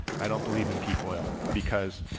i don't believe in peak oil because